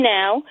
now